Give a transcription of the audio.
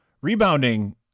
Rebounding